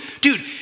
Dude